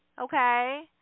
Okay